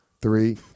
Three